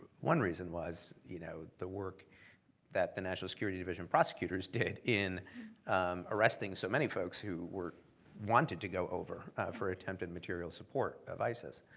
one reason was you know the work that the national security division prosecutors did in arresting so many folks who wanted to go over for attempted material support of isis.